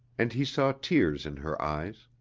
and he saw tears in her eyes.